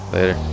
Later